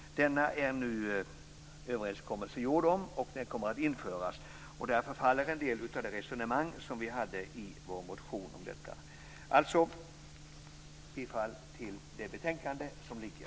Det är nu en överenskommelse träffad om denna, och den kommer att införas. Därför faller en del av det resonemang som vi hade i vår motion om detta. Alltså: Jag yrkar bifall till hemställan i det betänkande som ligger.